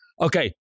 okay